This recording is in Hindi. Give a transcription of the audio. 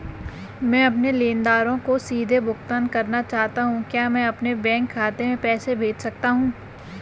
मैं अपने लेनदारों को सीधे भुगतान करना चाहता हूँ क्या मैं अपने बैंक खाते में पैसा भेज सकता हूँ?